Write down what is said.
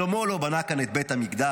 שלמה לא בנה כאן את בית המקדש,